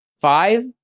five